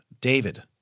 David